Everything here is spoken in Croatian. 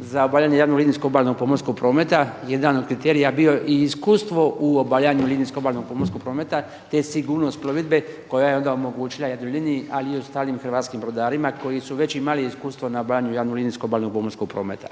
za obavljanje javnog linijskog obalnog pomorskog prometa jedan od kriterija bio i iskustvo u obavljanju linijskog obalnog pomorskog prometa te sigurnost plovidbe koja je onda omogućila Jadroliniji ali i ostalim hrvatskim brodarima koji su već imali iskustvo na obavljanju javno linijskog obalnog pomorskog prometa.